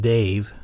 Dave